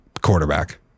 quarterback